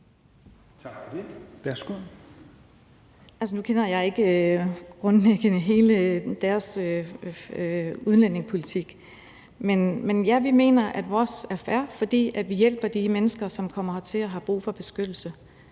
Nu kender jeg ikke grundlæggende hele deres udlændingepolitik, men ja, vi mener, at vores er fair, fordi vi hjælper de mennesker, som kommer hertil og har brug for beskyttelse.